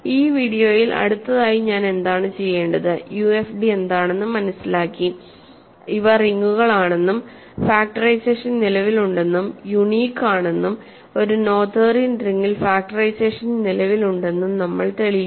ഈ വീഡിയോയിൽ അടുത്തതായി ഞാൻ എന്താണ് ചെയ്യേണ്ടത് യുഎഫ്ഡി എന്താണെന്ന് മനസിലാക്കി ഇവ റിങ്ങുകൾ ആണെന്നും ഫാക്ടറൈസേഷൻ നിലവിലുണ്ടെന്നും യുണീക് ആണെന്നും ഒരു നോതേറിയൻ റിംഗിൽ ഫാക്ടറൈസേഷൻ നിലവിലുണ്ടെന്നും നമ്മൾ തെളിയിച്ചു